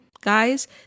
guys